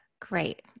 Great